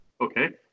Okay